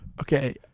Okay